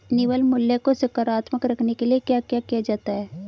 निवल मूल्य को सकारात्मक रखने के लिए क्या क्या किया जाता है?